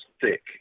thick